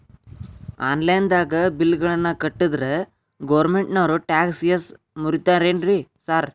Online ದಾಗ bill ಗಳನ್ನಾ ಕಟ್ಟದ್ರೆ ಗೋರ್ಮೆಂಟಿನೋರ್ ಟ್ಯಾಕ್ಸ್ ಗೇಸ್ ಮುರೇತಾರೆನ್ರಿ ಸಾರ್?